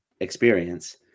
experience